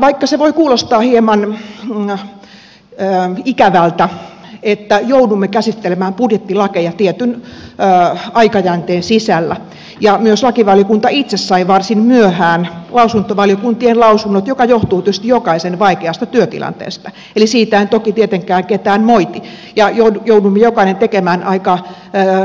vaikka se voi kuulostaa hieman ikävältä että joudumme käsittelemään budjettilakeja tietyn aikajänteen sisällä myös lakivaliokunta itse sai varsin myöhään lausuntovaliokuntien lausunnot mikä johtuu tietysti jokaisen vaikeasta työtilanteesta eli siitä en tietenkään ketään moiti ja joudumme jokainen tekemään aika